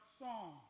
song